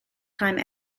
time